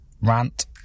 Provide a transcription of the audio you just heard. Rant